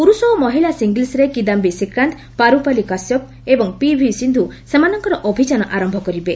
ପୁରୁଷ ଓ ମହିଳା ସିଙ୍ଗଲ୍ସରେ କିଦାୟି ଶ୍ରୀକାନ୍ତ ପାର୍ଚପାଲି କାଶ୍ୟପ ଏବଂ ପିଭି ସିନ୍ଧୁ ସେମାନଙ୍କର ଅଭିଯାନ ଆରମ୍ଭ କରିବେ